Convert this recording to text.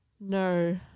No